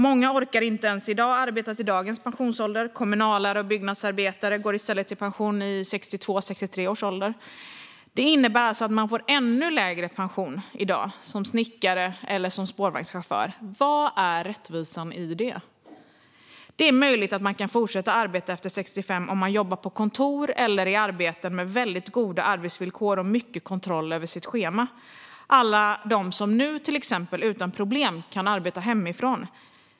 Många orkar i dag inte arbeta ända till pensionsåldern. Kommunalare och byggnadsarbetare går i stället i pension vid 62-63-årsåldern. Det innebär att man som till exempel snickare eller spårvagnschaufför får ännu lägre pension i dag. Var är rättvisan i det? Det är möjligt att man kan fortsätta att arbeta efter 65 om man jobbar på kontor eller i yrken med väldigt goda arbetsvillkor och mycket kontroll över sitt schema. Det gäller till exempel alla dem som nu utan problem kan arbeta hemifrån.